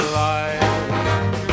life